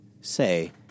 say